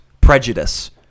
prejudice